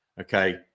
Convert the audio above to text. okay